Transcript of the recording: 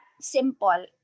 simple